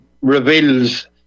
reveals